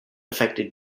affected